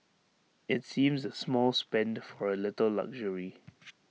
IT seems A small spend for A little luxury